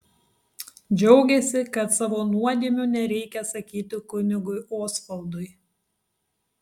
džiaugėsi kad savo nuodėmių nereikia sakyti kunigui osvaldui